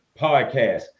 podcast